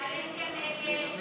מרצ לאחרי סעיף 156 לא